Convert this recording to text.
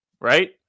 Right